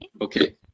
Okay